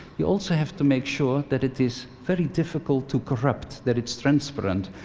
you also have to make sure that it is very difficult to corrupt that it's transparent.